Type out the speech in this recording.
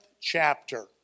chapter